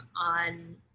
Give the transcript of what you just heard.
on